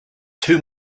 two